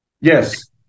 Yes